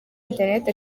internet